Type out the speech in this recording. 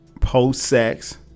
post-sex